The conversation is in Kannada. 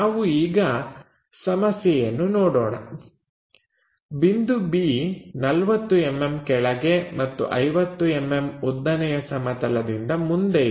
ನಾವು ಈಗ ಸಮಸ್ಯೆಯನ್ನು ನೋಡೋಣ ಬಿಂದು B 40mm ಕೆಳಗೆ ಮತ್ತು 50mm ಉದ್ದನೆಯ ಸಮತಲದ ಮುಂದೆ ಇದೆ